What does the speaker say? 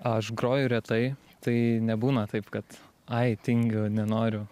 aš groju retai tai nebūna taip kad ai tingiu nenoriu